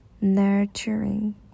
nurturing